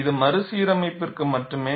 இது மறுசீரமைப்பிற்கு மட்டுமே